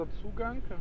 Zugang